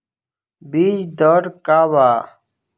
बीज दर का वा?